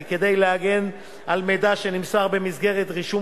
כי כדי להגן על מידע שנמסר במסגרת רישום